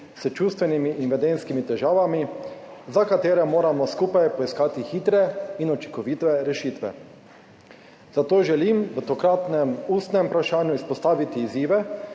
s čustvenimi in vedenjskimi težavami, za katere moramo skupaj poiskati hitre in učinkovite rešitve. Zato želim v tokratnem ustnem vprašanju izpostaviti izzive,